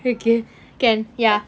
okay can ya